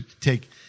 take